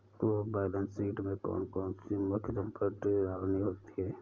हमको balance sheet में कौन कौन सी मुख्य संपत्ति डालनी होती है?